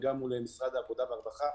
וגם מול משרד העבודה והרווחה,